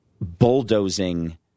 bulldozing